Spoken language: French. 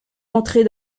rentrer